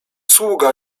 sługa